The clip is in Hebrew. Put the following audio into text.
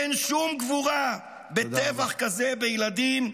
אין שום גבורה בטבח כזה בילדים,